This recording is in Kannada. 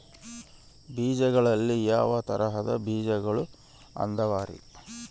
ಬೇಜಗಳಲ್ಲಿ ಯಾವ ತರಹದ ಬೇಜಗಳು ಅದವರಿ?